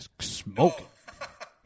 smoke